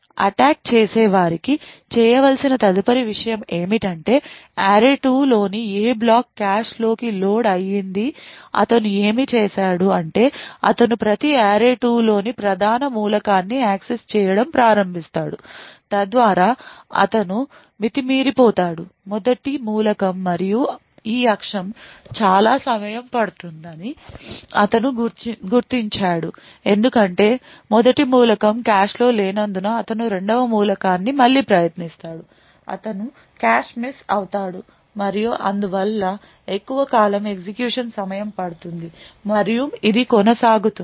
attack చేసేవారికి చేయవలసిన తదుపరి విషయం ఏమిటంటే array2 లోని ఏ బ్లాక్ కాష్ లోకి లోడ్ అయ్యింది అతను ఏమి చేస్తాడు అంటే అతను ప్రతి array2 లోని ప్రధాన మూలకాన్ని యాక్సెస్ చేయడం ప్రారంభిస్తాడు తద్వారా అతను మితిమీరిపోతాడు మొదటి మూలకం మరియు ఈ అక్షం చాలా సమయం పడుతుందని అతను గుర్తించాడు ఎందుకంటే మొదటి మూలకం కాష్లో లేనందున అతను రెండవ మూలకాన్ని మళ్లీ ప్రయత్నిస్తాడు అతను కాష్ మిస్ అవుతాడు మరియు అందువల్ల ఎక్కువ కాలం ఎగ్జిక్యూషన్ సమయం పడుతుంది మరియు ఇది కొనసాగుతుంది